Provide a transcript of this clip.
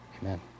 Amen